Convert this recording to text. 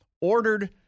ordered